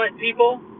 people